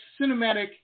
cinematic